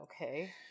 Okay